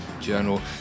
Journal